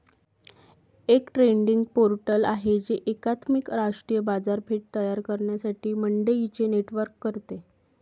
एक trading portal आहे जे एकात्मिक राष्ट्रीय बाजारपेठ तयार करण्यासाठी मंडईंचे नेटवर्क करते